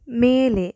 ಮೇಲೆ